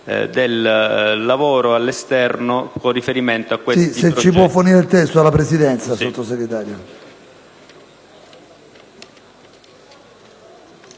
del lavoro all'esterno con riferimento a questo tipo